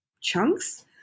chunks